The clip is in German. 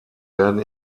werden